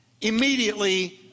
immediately